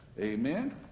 amen